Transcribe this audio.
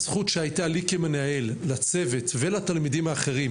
הזכות שהייתה לי כמנהל, לצוות ולתלמידים האחרים